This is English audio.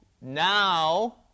now